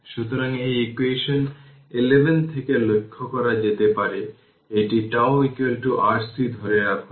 সুতরাং এটি ইকুয়েশন 11 থেকে লক্ষ্য করা যেতে পারে এটি τ RC ধরে রাখুন